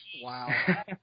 Wow